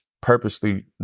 purposely